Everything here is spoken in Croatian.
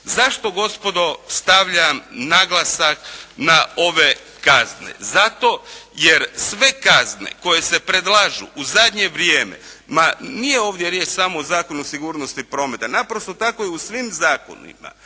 Zašto gospodo stavljam naglasak na ove kazne? Zato jer sve kazne koje se predlažu u zadnje vrijeme, ma nije ovdje riječ samo o Zakonu o sigurnosti prometa. Naprosto tako je u svim zakonima